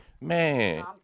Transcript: man